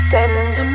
Send